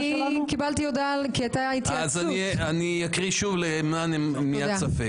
אני אקריא שוב למען הסר ספק.